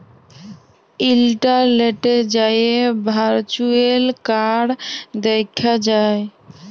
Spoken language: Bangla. ইলটারলেটে যাঁয়ে ভারচুয়েল কাড় দ্যাখা যায়